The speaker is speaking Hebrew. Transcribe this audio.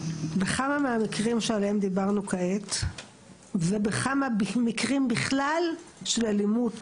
בכמה מקרים שעליהם דיברנו כעת ובכמה מקרים בכלל של אלימות